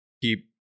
keep